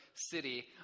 City